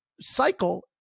cycle –